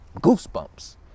goosebumps